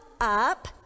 up